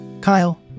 Kyle